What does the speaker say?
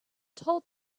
told